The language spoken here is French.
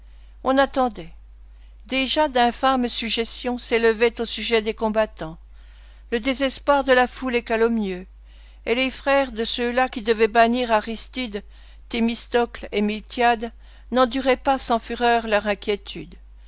on attendait déjà d'infâmes suggestions s'élevaient au sujet des combattants le désespoir de la foule est calomnieux et les frères de ceux-là qui devaient bannir aristide thémistocle et miltiade n'enduraient pas sans fureur leur inquiétude